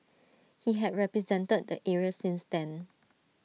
he had represented the area since then